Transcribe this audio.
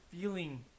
feeling